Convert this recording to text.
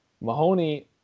Mahoney